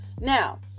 Now